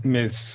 Miss